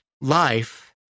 life